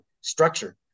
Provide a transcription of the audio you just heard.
structure